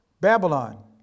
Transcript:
Babylon